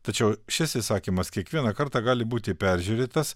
tačiau šis įsakymas kiekvieną kartą gali būti peržiūrėtas